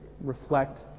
reflect